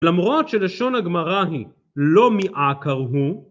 למרות שלשון הגמרא היא לא מעקר הוא.